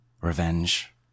Revenge